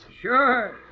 Sure